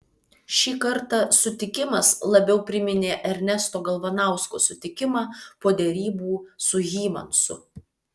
šį kartą sutikimas labiau priminė ernesto galvanausko sutikimą po derybų su hymansu